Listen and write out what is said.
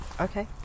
Okay